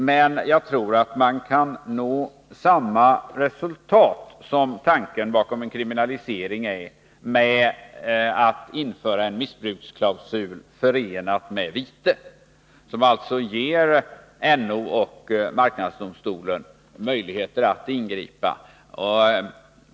Men beträffande tanken på en kriminalisering så tror jag att man kan nå samma resultat genom att införa en missbruksklausul förenad med vite, som alltså ger NO och marknadsdomstolen möjligheter att ingripa.